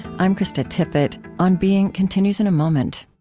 i'm krista tippett. on being continues in a moment